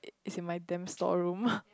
it it's in my damn storeroom